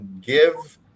give